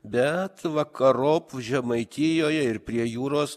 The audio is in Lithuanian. bet vakarop žemaitijoje ir prie jūros